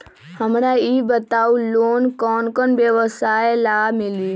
हमरा ई बताऊ लोन कौन कौन व्यवसाय ला मिली?